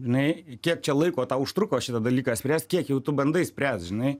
žinai kiek čia laiko tau užtruko šitą dalyką spręst kiek jau tu bandai spręst žinai